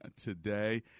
today